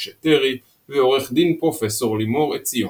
משה טרי ועו"ד פרופ' לימור עציוני.